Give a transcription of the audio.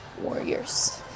warriors